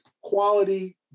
quality